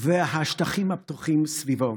והשטחים הפתוחים סביבו.